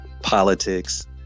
politics